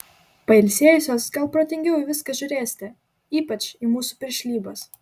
pailsėjusios gal protingiau į viską žiūrėsite ypač į mūsų piršlybas